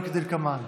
משה אבוטבול,